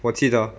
我记得